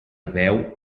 veu